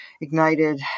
ignited